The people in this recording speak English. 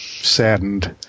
saddened